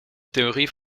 theorie